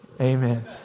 Amen